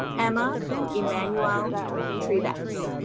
emma emanuelle trivax.